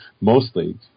mostly